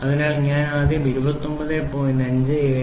അതിനാൽ ആദ്യം ഞാൻ 29